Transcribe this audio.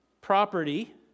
property